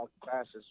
classes